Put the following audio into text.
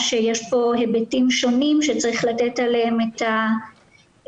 שיש פה היבטים שונים שצריך לתת עליהם את הדעת.